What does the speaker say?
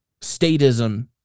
statism